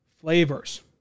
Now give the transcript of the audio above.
flavors